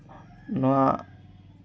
ᱱᱚᱶᱟ